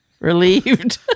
Relieved